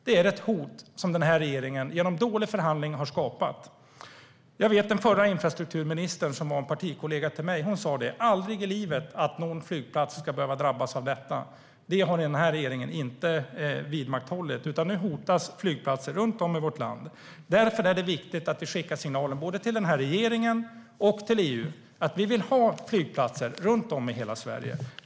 Det är ett hot som regeringen har skapat genom dålig förhandling. Den förra infrastrukturministern, som var en partikollega till mig, sa: Aldrig i livet att någon flygplats ska behöva drabbas av detta. Det har regeringen inte vidmakthållit, och nu hotas flygplatser runt om i vårt land. Det är därför viktigt att vi skickar signalen både till regeringen och EU att vi vill ha flygplatser i hela Sverige.